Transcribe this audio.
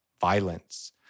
violence